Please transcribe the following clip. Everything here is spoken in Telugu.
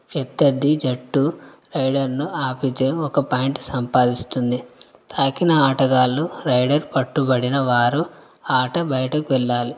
ప్రత్యర్ది జట్టు రైడర్ను ఆపితే ఒక పాయింట్ సంపాదిస్తుంది తాకిన ఆటగాళ్ళు రైడర్ పట్టుబడిన వారు ఆట బయటకు వెళ్ళాలి